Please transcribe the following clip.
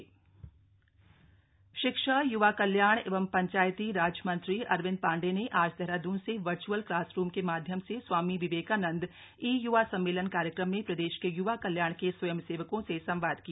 अरविंद पांडे संवाद शिक्षा य्वा कल्याण एवं पंचायतीराज मंत्री अरविन्द पाण्डे ने आज देहराद्न से वर्च्अल क्लासरूम के माध्यम से स्वामी विवेकानन्द ई य्वा सम्मेलन कार्यक्रम में प्रदेश के युवा कल्याण के स्वयंसेवकों से संवाद किया